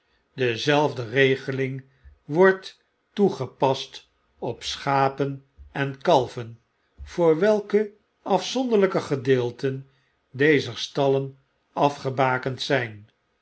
dezelfde regeling wordt toegepast op schapen en kalven voor welke afzonderlpe gedeelten dezer stallen afgebakend zjjn